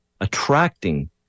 attracting